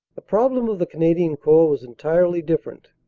problem of the canadian corps was entirely differ ent.